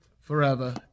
forever